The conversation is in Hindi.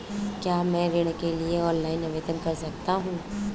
क्या मैं ऋण के लिए ऑनलाइन आवेदन कर सकता हूँ?